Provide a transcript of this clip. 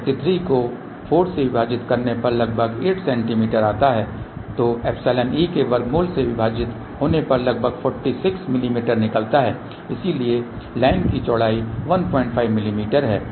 33 को 4 से विभाजित करने पर लगभग 8 सेमी आता हैं तो εe के वर्गमूल से विभाजित होने पर लगभग 46 मिमी निकलता है इसलिए लाइन की चौड़ाई 15 मिमी है